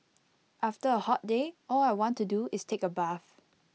after A hot day all I want to do is take A bath